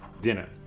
Dinner